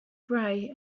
gray